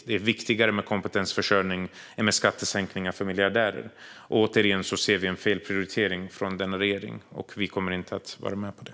Det är viktigare med kompetensförsörjning än med skattesänkningar för miljardärer. Återigen ser vi en felprioritering från denna regering, och vi kommer inte att vara med på det.